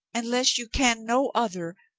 unless you can no other,